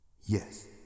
Yes